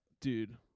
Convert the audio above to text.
dude –